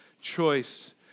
choice